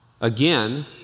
Again